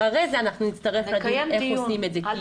אחרי זה נצטרך לדון איך עושים את זה.